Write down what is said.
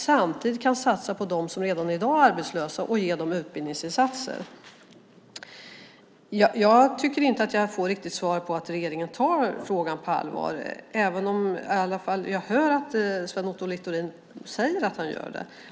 Samtidigt ska vi satsa på dem som redan i dag är arbetslösa och ge dem utbildningsinsatser. Jag tycker inte riktigt att svaret visar att regeringen tar frågan på allvar, även om jag hör att Sven Otto Littorin säger att han gör det.